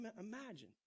imagine